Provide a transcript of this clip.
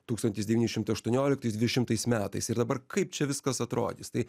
tūkstantis devyni šimtai aštuonioliktais dvidešimtais metais ir dabar kaip čia viskas atrodys tai